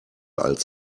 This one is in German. als